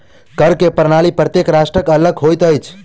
कर के प्रणाली प्रत्येक राष्ट्रक अलग होइत अछि